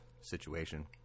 situation